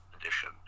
edition